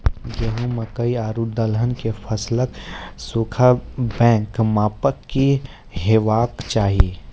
गेहूँ, मकई आर दलहन के फसलक सुखाबैक मापक की हेवाक चाही?